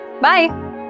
Bye